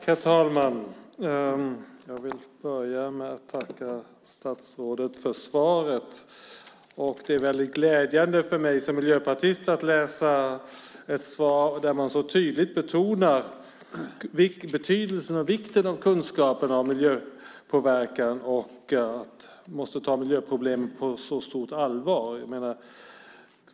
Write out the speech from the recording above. Herr talman! Jag vill börja med att tacka statsrådet för svaret. Det är väldigt glädjande för mig som miljöpartist att höra ett svar där man så tydligt betonar betydelsen av och vikten av kunskap om miljöpåverkan och att man måste ta miljöproblemen på stort allvar.